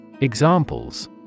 Examples